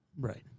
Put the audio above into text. Right